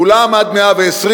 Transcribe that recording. כולם עד מאה-ועשרים,